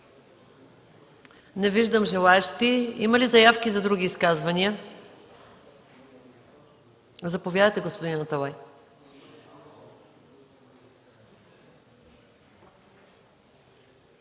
Не виждам желаещи. Има ли заявки за други изказвания? Заповядайте, господин Аталай.